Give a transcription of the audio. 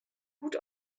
gut